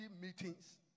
meetings